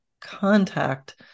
contact